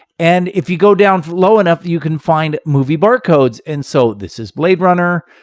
and if you go down low enough, you can find movie bar codes. and so this is blade runner.